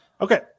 okay